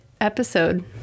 episode